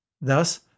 Thus